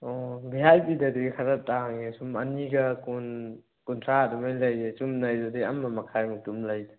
ꯑꯣ ꯚꯤ ꯑꯥꯏ ꯄꯤꯗꯗꯤ ꯈꯔ ꯇꯥꯡꯉꯦ ꯁꯨꯝ ꯑꯅꯤꯒ ꯀꯨꯟ ꯀꯨꯟꯊ꯭ꯔꯥ ꯑꯗꯨꯃꯥꯏꯅ ꯂꯩꯌꯦ ꯆꯨꯝꯅꯩꯗꯨꯗꯤ ꯑꯃ ꯃꯈꯥꯏ ꯃꯨꯛꯇꯝ ꯂꯩ